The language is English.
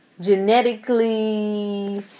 genetically